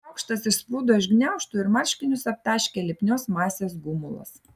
šaukštas išsprūdo iš gniaužtų ir marškinius aptaškė lipnios masės gumulas